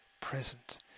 present